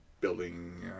building